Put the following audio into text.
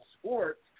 Sports